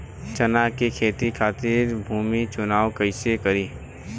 चना के खेती खातिर भूमी चुनाव कईसे करी?